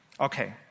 Okay